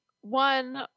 one